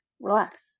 Relax